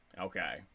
Okay